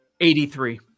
83